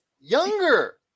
younger